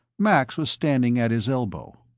max was standing at his elbow.